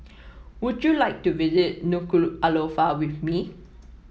would you like to visit Nuku'alofa with me